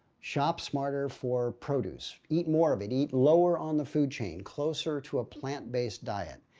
shop smarter for produce. eat more of it. eat lower on the food chain, closer to a plant-based diet.